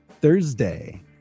Thursday